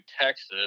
texas